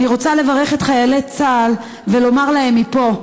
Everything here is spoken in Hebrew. אני רוצה לברך את חיילי צה"ל ולומר להם מפה: